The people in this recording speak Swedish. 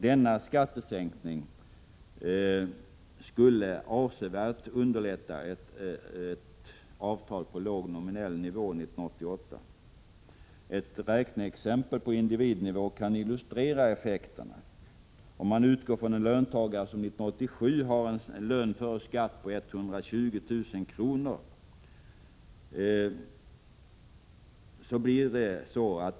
Denna skattesänkning skulle avsevärt underlätta ett avtal på låg nominell nivå 1988. Ett räkneexempel på individnivå kan illustrera effekterna: Jag utgår från en löntagare som 1987 har en lön före skatt på 120 000 kr.